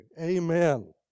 Amen